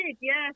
yes